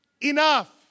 enough